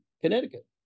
Connecticut